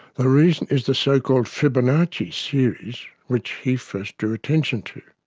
the reason is the so-called fibonacci series which he first drew attention to.